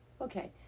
Okay